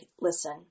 listen